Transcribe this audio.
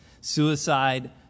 Suicide